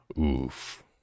Oof